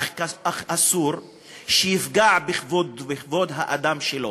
אך אסור שיפגע בכבוד האדם שלו.